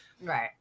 Right